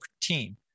team